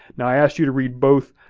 now i asked you to read both,